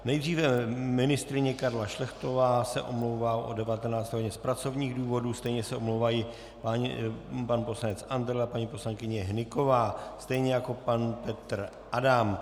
Nejdříve ministryně Karla Šlechtová se omlouvá od 19 hodin z pracovních důvodů, stejně se omlouvají pan poslanec Andrle, paní poslankyně Hnyková, stejně jako pan Petr Adam.